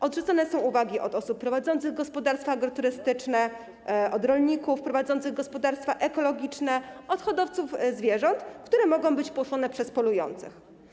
Odrzucane są uwagi osób prowadzących gospodarstwa agroturystyczne, rolników prowadzących gospodarstwa ekologiczne, hodowców zwierząt, które mogą być płoszone przez polujących.